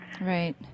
Right